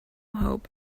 hope